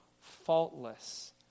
faultless